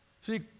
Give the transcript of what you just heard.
See